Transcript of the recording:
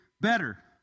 better